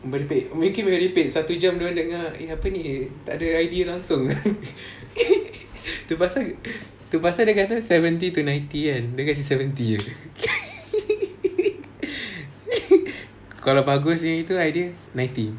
merepek mungkin merepek satu jam dorang dengar eh apa ni tak ada idea langsung tu pasal tu pasal dia kata seventy to ninety kan dia kasi seventy jer kalau bagus gitu ni idea ninety